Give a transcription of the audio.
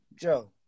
Joe